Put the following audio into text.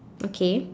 okay